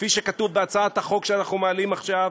כפי שכתוב בהצעת החוק שאנחנו מעלים עכשיו,